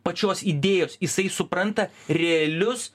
pačios idėjos jisai supranta realius